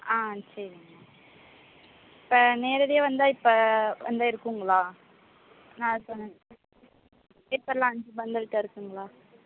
ஆ சரிங்க மேம் இப்போ நேரடியாக வந்தால் இப்போ வந்தால் இருக்குதுங்களா நான் பேப்பர்லாம் அஞ்சு பண்டில் கிட்டே இருக்குதுங்களா